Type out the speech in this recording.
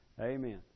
Amen